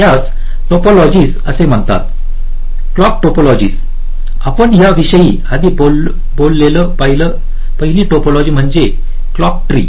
यास टोपोलॉजीज असे म्हणतात क्लॉक टोपोलॉजीज आपण या विषयी आधी बोललेली पहिली टोपोलॉजी म्हणजे क्लॉक ट्री